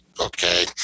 okay